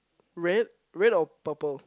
red red or purple